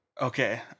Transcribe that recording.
okay